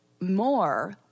more